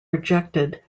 rejected